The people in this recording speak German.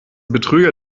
betrüger